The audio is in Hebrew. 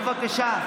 בבקשה?